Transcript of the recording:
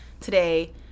today